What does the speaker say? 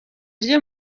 ryo